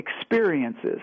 experiences